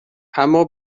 اما